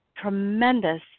tremendous